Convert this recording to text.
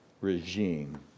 regime